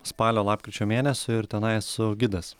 spalio lapkričio mėnesio ir tenai esu gidas